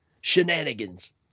shenanigans